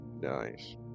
Nice